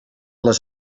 les